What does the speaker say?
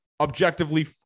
objectively